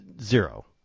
zero